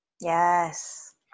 Yes